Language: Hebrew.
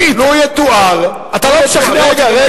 לו יתואר, אתה לא משכנע אותי במה שאתה אומר.